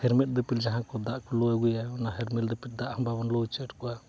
ᱦᱮᱨᱢᱮᱛ ᱫᱤᱯᱤᱞ ᱡᱟᱦᱟᱸ ᱠᱚ ᱫᱟᱜ ᱠᱚ ᱞᱩ ᱟᱹᱜᱩᱭᱟ ᱚᱱᱟ ᱦᱮᱨᱢᱮᱛ ᱫᱤᱯᱤᱞ ᱫᱟᱜ ᱦᱚᱸ ᱵᱟᱵᱚᱱ ᱞᱩ ᱦᱚᱪᱚᱭᱮᱜ ᱠᱚᱣᱟ